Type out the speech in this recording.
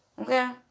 okay